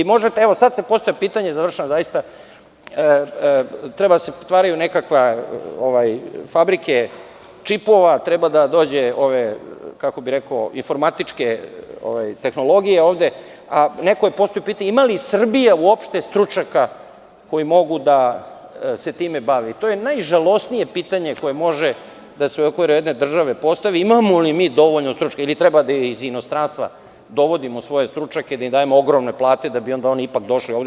Evo sada se postavlja pitanje, završavam zaista, treba da se otvaraju nekakve fabrike čipova, treba da dođu informatičke tehnologije ovde, a neko je postavio pitanje – ima li Srbija uopšte stručnjake koji mogu da se time bave i to je najžalosnije pitanje koje može da se u okviru jedne države postavi, imamo li mi dovoljno stručnjaka ili treba da iz inostranstva dovodimo svoje stručnjake, da im dajemo ogromne plate da bi onda oni ipak došli ovde.